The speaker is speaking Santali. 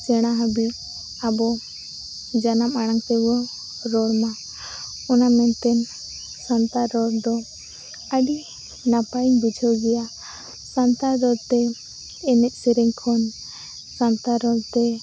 ᱥᱮᱬᱟ ᱦᱟᱹᱵᱤᱡ ᱟᱵᱚ ᱡᱟᱱᱟᱢ ᱟᱲᱟᱝ ᱛᱮᱵᱚ ᱨᱚᱲᱢᱟ ᱚᱱᱟ ᱢᱮᱱᱛᱮ ᱥᱟᱱᱛᱟᱲ ᱨᱚᱲᱫᱚ ᱟᱹᱰᱤ ᱱᱟᱯᱟᱭᱤᱧ ᱵᱩᱡᱷᱟᱹᱣ ᱜᱮᱭᱟ ᱥᱟᱱᱛᱟᱲ ᱨᱚᱲᱛᱮ ᱮᱱᱮᱡᱼᱥᱮᱨᱮᱧ ᱠᱷᱚᱱ ᱥᱟᱱᱛᱟᱲ ᱨᱚᱲᱛᱮ